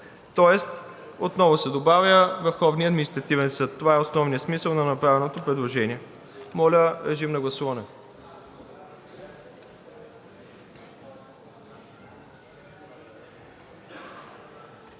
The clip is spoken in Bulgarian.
Тоест отново се добавя „Върховния административен съд“. Това е основният смисъл на направеното предложение. Моля, режим на гласуване.